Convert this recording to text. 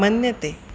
मन्यते